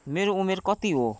मेरो उमेर कति हो